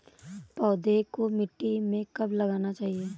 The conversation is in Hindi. पौधें को मिट्टी में कब लगाना चाहिए?